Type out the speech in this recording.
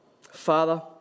Father